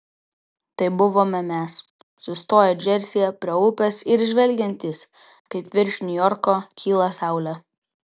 tai buvome mes sustoję džersyje prie upės ir žvelgiantys kaip virš niujorko kyla saulė